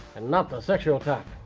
and not the sexual type.